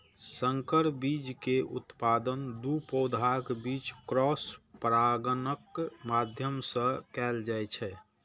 संकर बीज के उत्पादन दू पौधाक बीच क्रॉस परागणक माध्यम सं कैल जाइ छै